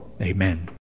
Amen